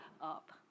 up